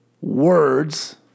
words